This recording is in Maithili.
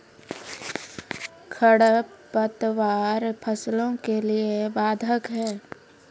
खडपतवार फसलों के लिए बाधक हैं?